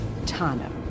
Tano